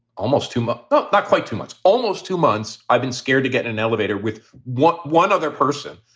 almost too much. but not quite too much. almost two months. i've been scared to get in an elevator with what? one other person,